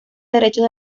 derechos